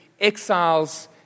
Exiles